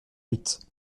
huit